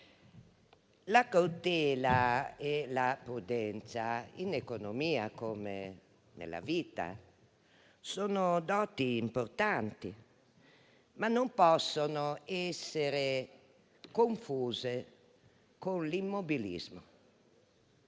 La cautela e la prudenza, in economia come nella vita, sono doti importanti, ma non possono essere confuse con l'immobilismo.